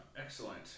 Excellent